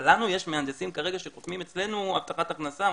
אבל לנו יש מהנדסים כרגע שחותמים אצלנו הבטחת הכנסה,